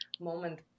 moment